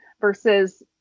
versus